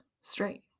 straight